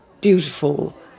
beautiful